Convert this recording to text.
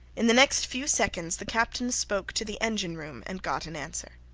in the next few seconds the captain spoke to the engine-room and got an answer.